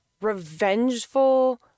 revengeful